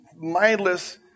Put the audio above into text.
mindless